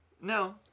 no